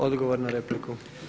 Odgovor na repliku.